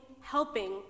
helping